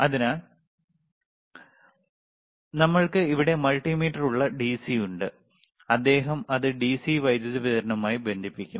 അതിനാൽ നമ്മൾക്ക് ഇവിടെ മൾട്ടിമീറ്റർ ഉള്ള ഡിസി ഉണ്ട് അദ്ദേഹം അത് ഡിസി വൈദ്യുതി വിതരണവുമായി ബന്ധിപ്പിക്കും